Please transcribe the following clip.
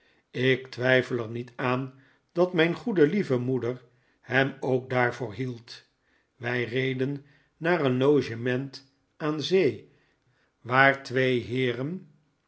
ik twijfel er niet aan dat mijn goede lieve moeder hem ook daarvoor hield wij reden naar een logement aan zee waar twee heeren